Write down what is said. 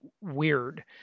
weird